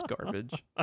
garbage